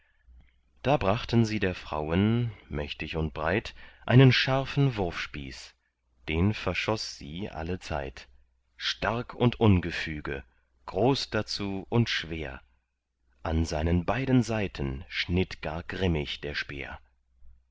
da brachten sie der frauen mächtig und breit einen scharfen wurfspieß den verschoß sie allezeit stark und ungefüge groß dazu und schwer an seinen beiden seiten schnitt gar grimmig der speer